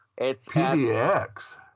PDX